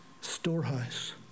storehouse